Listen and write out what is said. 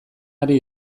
ari